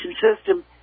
system